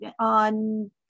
on